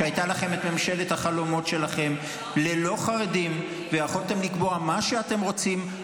כשהייתה לכם ממשלת החלומות שלכם ללא חרדים ויכולתם לקבוע מה שאתם רוצים,